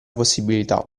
possibilità